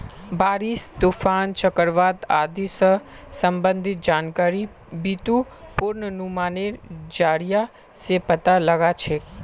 बारिश, तूफान, चक्रवात आदि स संबंधित जानकारिक बितु पूर्वानुमानेर जरिया स पता लगा छेक